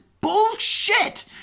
bullshit